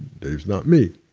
dave's not me.